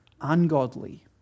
ungodly